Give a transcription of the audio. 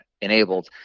enabled